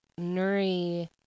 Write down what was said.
Nuri